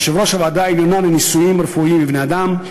יושב-ראש הוועדה העליונה לניסויים רפואיים בבני-אדם,